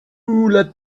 let